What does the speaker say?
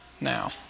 now